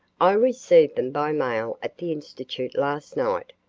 i received them by mail at the institute last night,